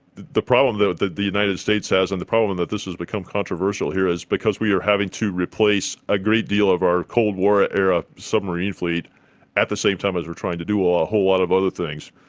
the the problem that the the united states has and the problem that this has become controversial here is because we are having to replace a great deal of our cold war era submarine fleet at the same time as we are trying to do a whole lot of other things.